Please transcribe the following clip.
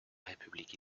république